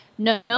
No